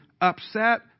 upset